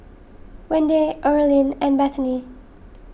Wende Earline and Bethany